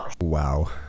Wow